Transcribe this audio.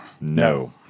No